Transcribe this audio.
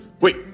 Wait